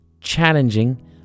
challenging